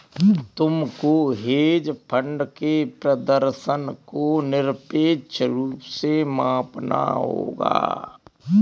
तुमको hedge fund के प्रदर्शन को निरपेक्ष रूप से मापना होगा